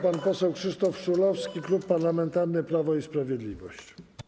Pan poseł Krzysztof Szulowski, Klub Parlamentarny Prawo i Sprawiedliwość.